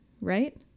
right